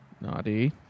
Naughty